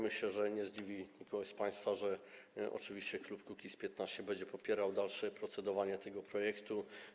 Myślę, że nie zdziwi nikogo z państwa to, że oczywiście klub Kukiz’15 będzie popierał dalsze procedowanie tego projektu.